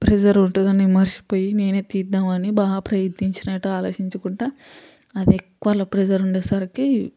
reserve ఉంటుంది అని మర్చిపోయి నేనే తీద్దామని బా ప్రయత్నించిన ఎటో ఆలోచించుకుంటా అది ఎక్కువ అలా ప్రెజర్ ఉండేసరికి